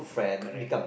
correct